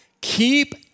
keep